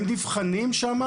הם נבחנים שם.